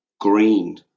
green